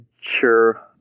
Sure